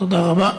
תודה רבה.